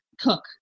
cook